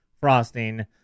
frosting